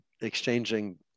exchanging